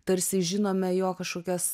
tarsi žinome jo kažkokias